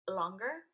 longer